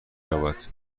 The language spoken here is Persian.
یابد